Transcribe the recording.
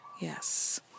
Yes